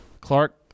Clark